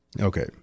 okay